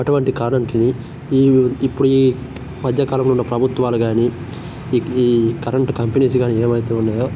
అటువంటి కరంటుని ఈ ఇప్పుడు ఈ మధ్య కాలంలో ఉన్న ప్రభుత్వాలు గానీ ఈ ఈ కరంటు కంపెనీస్ గానీ ఏవయితే ఉన్నయో